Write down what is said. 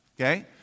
okay